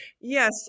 Yes